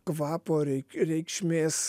kvapo reik reikšmės